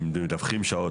אם מדווחים שעות,